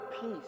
peace